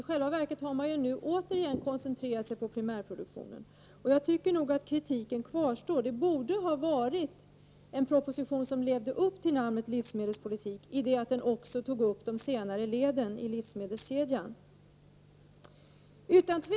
I själva verket har man nu återigen koncentrerat sig på primärproduktionen. Jag tycker att kritiken kvarstår. Det borde ha varit en proposition som gör skäl för namnet livsmedelspolitik, därför att också frågorna om de senare leden i livsmedelskedjan togs upp.